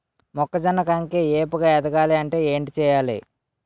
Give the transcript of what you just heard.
మొక్కజొన్న కంకి ఏపుగ ఎదగాలి అంటే ఏంటి చేయాలి?